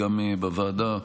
גם בוועדה,